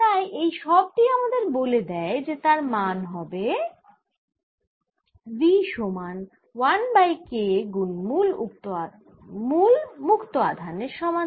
তাই এই সবটি আমাদের বলে যে তার মানে V হবে 1 বাই K গুন মুল মুক্ত আধান এর সমাধান